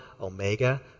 omega